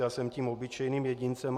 Já jsem tím obyčejným jedincem.